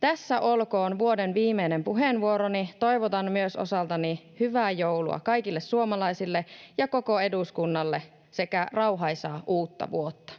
Tässä olkoon vuoden viimeinen puheenvuoroni. Toivotan myös osaltani hyvää joulua kaikille suomalaisille ja koko eduskunnalle sekä rauhaisaa uutta vuotta!